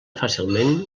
fàcilment